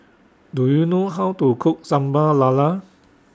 Do YOU know How to Cook Sambal Lala